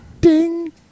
Ding